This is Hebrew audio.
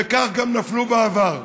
וכך גם נפלו בעבר.